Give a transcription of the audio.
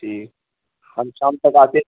جییک ہم شام تک آ کے